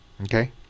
Okay